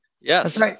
Yes